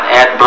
add